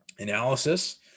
analysis